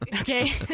okay